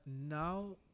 now